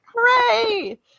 hooray